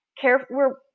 careful